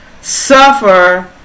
Suffer